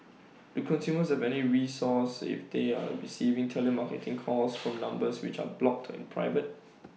do consumers have any recourse if they are receiving telemarketing calls from numbers which are blocked or private